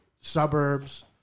suburbs